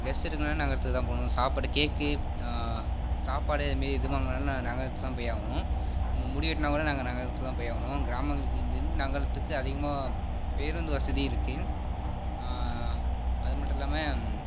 dress எடுக்கணும்னா நகரத்துக்கு தான் போகணும் சாப்பாடு கேக்கு சாப்பாடு இதுமரி எது வாங்கணும்னாலும் நான் நகரத்துக்கு தான் போய் ஆகணும் மு முடி வெட்டினா கூட நாங்க நகரத்துக்கு தான் போய் ஆகணும் கிராமங்களிலிருந்து நகரத்துக்கு அதிகமாக பேருந்து வசதி இருக்குது அது மட்டும் இல்லாமல்